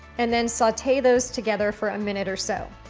and then saute those together for a minute or so.